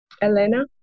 Elena